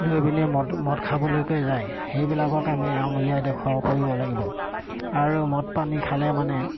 লৈ পিনে মদ মদ খাবলৈকে যায় সেইবিলাকক আমি আঙুলিয়াই দেখুৱাব পাৰিব লাগিব আৰু মদ পানী খালে মানে